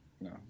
no